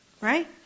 Right